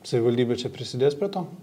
savivaldybė čia prisidės prie to